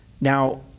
Now